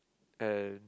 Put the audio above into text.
and